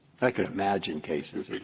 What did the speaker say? i can imagine cases.